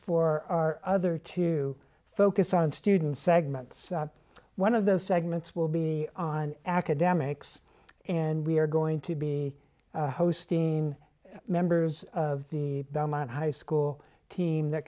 for our other to focus on student segments one of the segments will be on academics and we are going to be hosting members of the belmont high school team that